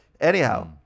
Anyhow